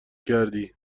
کردی